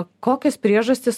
kokias priežastis